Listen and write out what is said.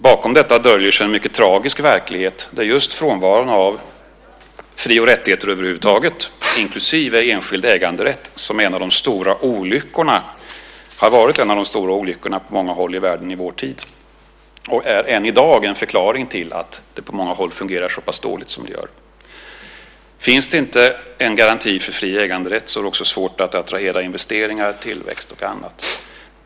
Bakom detta döljer sig en mycket tragisk verklighet, där just frånvaron av fri och rättigheter över huvud taget, inklusive enskild äganderätt, har varit en av de stora olyckorna på många håll i världen i vår tid och är än i dag en förklaring till att det på många håll fungerar så pass dåligt som det gör. Finns det inte en garanti för fri äganderätt är det också svårt att attrahera investeringar, tillväxt och annat.